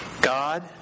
God